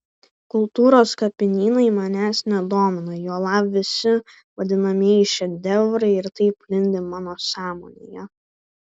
kultūros kapinynai manęs nedomina juolab visi vadinamieji šedevrai ir taip lindi mano sąmonėje